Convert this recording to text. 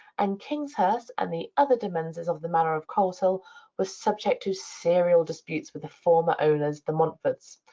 and kingshurst and the other demesnes of the manor of coleshill were subject to serial disputes with the former owners, the montfort's.